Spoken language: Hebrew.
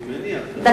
אני מניח, לוח זמנים.